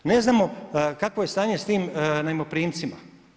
Ne znamo kakvo je stanje s tim najmoprimcima.